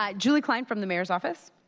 um julie klein from the mayor's office.